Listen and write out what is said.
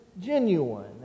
genuine